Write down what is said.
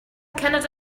cannot